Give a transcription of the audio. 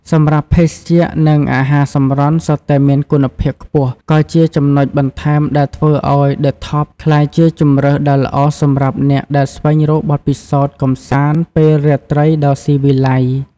សម្រាប់ភេសជ្ជៈនិងអាហារសម្រន់សុទ្ធតែមានគុណភាពខ្ពស់ ក៏ជាចំណុចបន្ថែមដែលធ្វើឱ្យ ឌឹ ថប់ ក្លាយជាជម្រើសដ៏ល្អសម្រាប់អ្នកដែលស្វែងរកបទពិសោធន៍កម្សាន្តពេលរាត្រីដ៏ស៊ីវិល័យ។